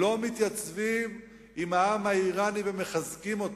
לא מתייצבים עם העם האירני ומחזקים אותו?